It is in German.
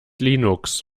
linux